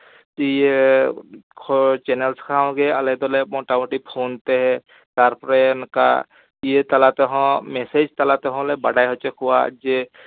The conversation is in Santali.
ᱪᱮᱱᱮᱞ ᱥᱟᱶᱜᱮ ᱟᱞᱮ ᱫᱚᱞᱮ ᱢᱳᱴᱟᱢᱩᱴᱤ ᱯᱷᱳᱱᱛᱮ ᱛᱟᱨᱯᱚᱨᱮ ᱱᱚᱠᱟ ᱤᱭᱟᱹ ᱛᱟᱞᱟᱛᱮᱦᱚᱸ ᱢᱮᱥᱮᱡᱽ ᱛᱟᱞᱟᱛᱮᱦᱚᱸ ᱞᱮ ᱵᱟᱰᱟᱭ ᱦᱚᱪᱚ ᱠᱚᱣᱟ ᱡᱮ